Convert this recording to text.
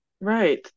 Right